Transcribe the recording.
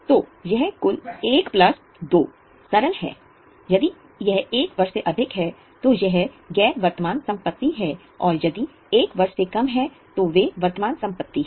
तो यह कुल 1 प्लस 2 सरल है यदि यह 1 वर्ष से अधिक है तो यह गैर वर्तमान संपत्ति है और यदि 1 वर्ष से कम है तो वे वर्तमान संपत्ति हैं